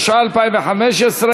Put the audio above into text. התשע"ה 2015,